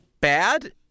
Bad